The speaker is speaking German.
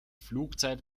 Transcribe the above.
flugzeit